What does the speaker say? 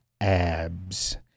abs